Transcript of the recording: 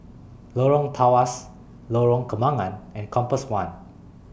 Lorong Tawas Lorong Kembangan and Compass one